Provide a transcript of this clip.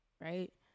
right